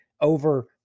over